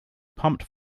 pumped